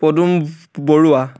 Padum Barua